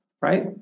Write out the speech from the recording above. right